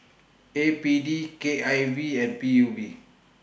A P D K I V and P U B